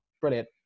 Brilliant